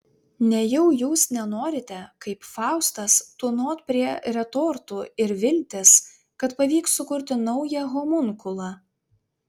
nejau jūs nenorite kaip faustas tūnot prie retortų ir viltis kad pavyks sukurti naują homunkulą